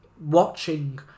watching